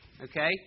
okay